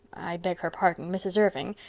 i beg her pardon, mrs. irving.